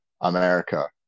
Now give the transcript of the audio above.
America